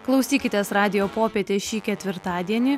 klausykitės radijo popietės šį ketvirtadienį